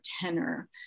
tenor